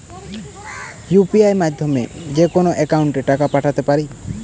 UPI মাধ্যমে যেকোনো একাউন্টে টাকা পাঠাতে পারি?